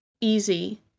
easy